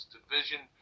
division